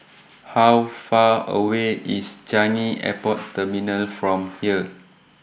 How Far away IS Changi Airport Terminal from here